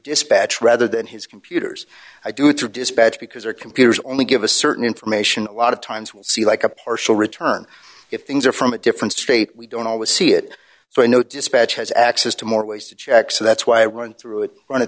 dispatch rather than his i do through dispatch because our computers only give a certain information a lot of times we see like a partial return things are from a different state we don't always see it so i know dispatch has access to more ways to check so that's why i run through it